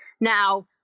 Now